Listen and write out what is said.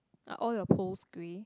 are all your poles grey